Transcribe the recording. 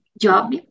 job